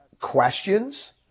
questions